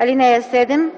водите. (7)